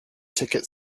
ticket